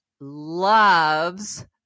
loves